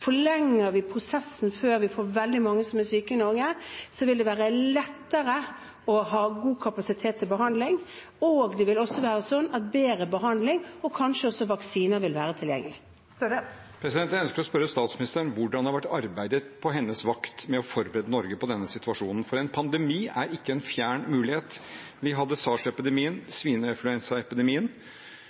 Forlenger vi prosessen før vi får veldig mange syke i Norge, vil det være lettere å ha god kapasitet til behandling, og det vil også være sånn at bedre behandling og kanskje også vaksine vil være tilgjengelig. Det åpnes for oppfølgingsspørsmål – først Jonas Gahr Støre. Jeg ønsker å spørre statsministeren hvordan det har vært arbeidet på hennes vakt med å forberede Norge på denne situasjonen, for en pandemi er ikke en fjern mulighet. Vi hadde